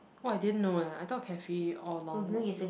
oh I didn't know eh I thought cafe all along will be o~